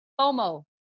FOMO